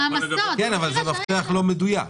כן, אבל זה מפתח לא מדויק.